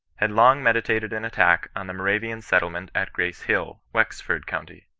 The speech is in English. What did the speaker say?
had long meditated an attack on the moravian settlement at grace hill, wexford county.